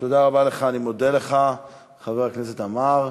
תודה רבה לך, חבר הכנסת עמאר.